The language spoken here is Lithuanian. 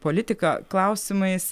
politika klausimais